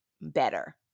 better